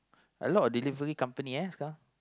a lot of delivery company eh sekarang